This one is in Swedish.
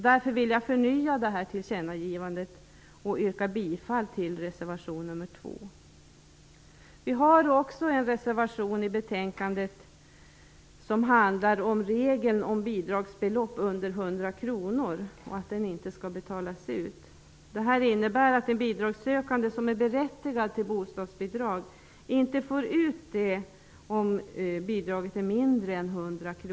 Därför vill jag förnya tillkännagivandet. Jag yrkar bifall till reservation nr Vi har också en reservation i betänkandet som handlar om regeln att bidragsbelopp under 100 kr inte skall betalas ut. Det innebär att en bidragssökande som är berättigad till bostadsbidrag inte får bidraget utbetalat om det är mindre än 100 kr.